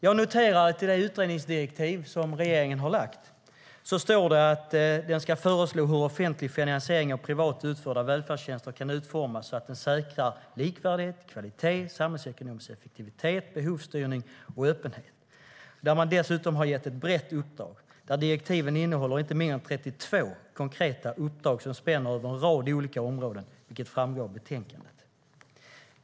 Jag noterar att det i regeringens utredningsdirektiv står att utredningen ska föreslå hur offentlig finansiering av privat utförda välfärdstjänster kan utformas så att man säkrar likvärdighet, kvalitet, samhällsekonomisk effektivitet, behovsstyrning och öppenhet. Man har dessutom gett ett brett uppdrag där direktiven innehåller inte mindre än 32 konkreta uppdrag som spänner över en rad olika områden, vilket framgår av betänkandet.